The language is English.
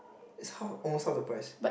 is half almost half the price